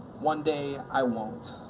one day, i won't.